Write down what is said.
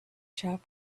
sharp